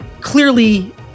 clearly